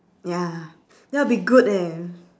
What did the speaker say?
ya that will be good eh